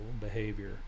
behavior